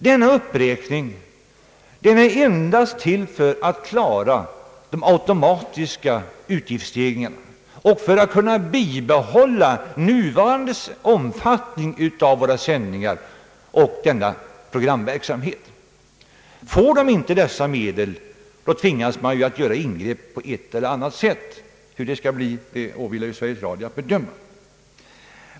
Denna uppräkning är endast till för att täcka de automatiska utgiftsstegringarna och för att man skall kunna bibehålla nuvarande omfattning av sändningarna och denna programverksamhet. Får Sveriges Radio inte dessa medel blir det nödvändigt att göra ingrepp på ett eller annat sätt. Det åvilar Sveriges Radio att bedöma vad som i så fall skall göras.